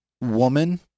woman